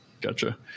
gotcha